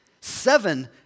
seven